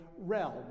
realm